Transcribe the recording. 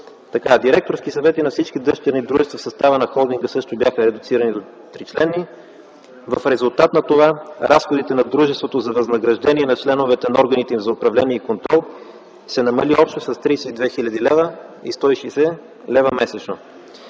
Директорски съвети на всички дъщерни дружества в състава на холдинга също бяха редуцирани до 3-членни. В резултат на това разходите на дружеството за възнаграждение на членовете на органите им за управление и контрол се намали общо с 32 хил. лв. и 160 лв. месечно.